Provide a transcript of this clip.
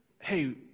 hey